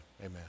Amen